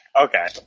Okay